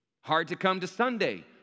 hard-to-come-to-Sunday